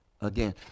again